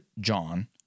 John